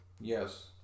Yes